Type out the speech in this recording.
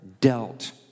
dealt